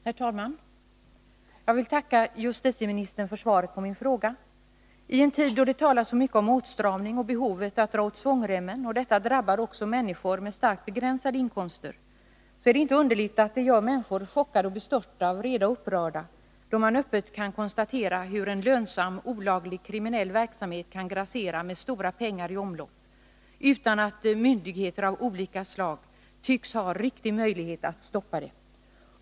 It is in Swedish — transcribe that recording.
Herr talman! Jag vill tacka justitieministern för svaret på min fråga. I en tid då det talas mycket om åtstramning och behovet av att dra åt svångremmen och detta drabbar människor med starkt begränsade inkomster, är det inte underligt att människor blir chockade och bestörta, vreda och upprörda, då de öppet kan konstatera hur en lönsam olaglig kriminell verksamhet kan grassera med stora pengar i omlopp utan att myndigheterna tycks ha verkliga möjligheter att stoppa det.